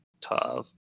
tough